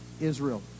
Israel